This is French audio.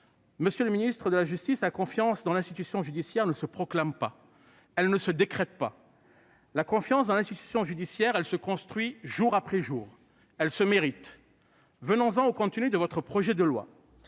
Monsieur le garde des sceaux, la confiance dans l'institution judiciaire ne se proclame pas, pas plus qu'elle ne se décrète. La confiance dans l'institution judiciaire se construit jour après jour, elle se mérite. Venons-en au contenu de votre projet de loi.